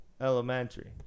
elementary